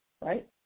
Right